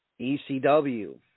ECW